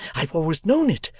i have always known it,